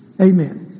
Amen